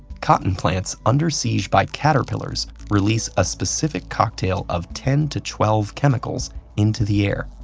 cotton plants under siege by caterpillars release a specific cocktail of ten to twelve chemicals into the air.